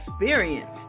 experience